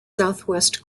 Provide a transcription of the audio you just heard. southwest